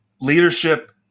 leadership